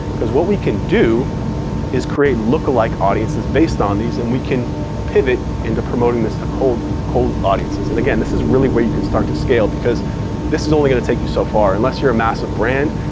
because what we can do is create lookalike audiences based on these and we can pivot into promoting this to cold cold audiences. and again, this is really where you can start to scale, because this is only going to take you so far. unless you're a massive brand,